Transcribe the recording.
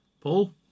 Paul